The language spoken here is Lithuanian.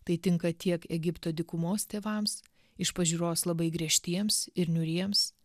tai tinka tiek egipto dykumos tėvams iš pažiūros labai griežtiems ir niūriems